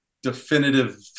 definitive